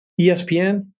ESPN